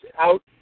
out